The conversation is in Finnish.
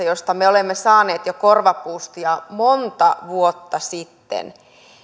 josta me olemme saaneet korvapuustia jo monta vuotta sitten